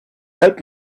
help